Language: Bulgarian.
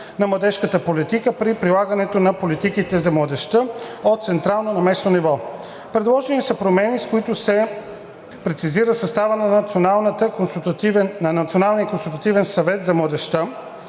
на младежката политика при прилагането на политиките за младежта – от централно на местно ниво. Предложени са промени, с които се прецизира съставът на Националния